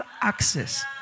access